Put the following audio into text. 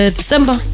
december